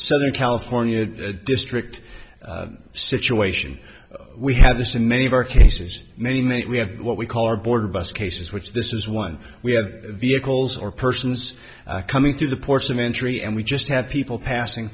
southern california district situation we have this in many of our cases many many we have what we call our border bust cases which this is one we have vehicles or persons coming through the ports of entry and we just have people passing